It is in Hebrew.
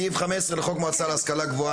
סעיף 15 לחוק המועצה להשכלה גבוהה,